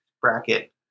bracket